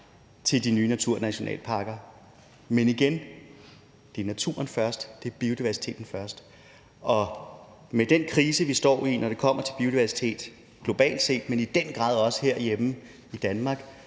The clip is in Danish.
i de nye naturnationalparker. Men igen: Det er naturen først, det er biodiversiteten først. Og med den krise, vi står i, når det kommer til biodiversitet, både globalt set, men i den grad også herhjemme i Danmark,